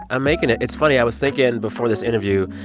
i'm making it. it's funny. i was thinking, before this interview,